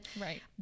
Right